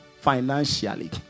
financially